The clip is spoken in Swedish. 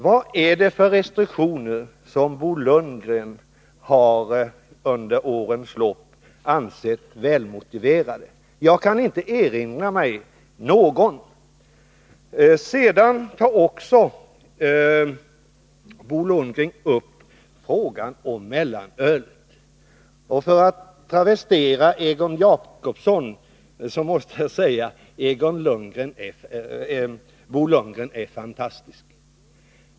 Vad är det för restriktioner som Bo Lundgren under årens lopp har ansett välmotiverade? Jag kan inte erinra mig någon. Bo Lundgren tar också upp frågan om mellanölet. För att travestera Egon Jacobsson måste jag säga: Bo Lundgren är fantastisk.